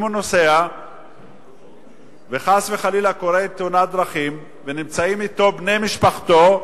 אם הוא נוסע וחס וחלילה קורית תאונת דרכים ונמצאים אתו בני משפחתו,